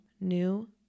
new